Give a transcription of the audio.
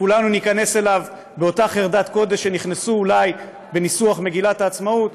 שכולנו ניכנס אליו באותה חרדת קודש שנכנסו אולי לניסוח מגילת העצמאות,